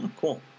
cool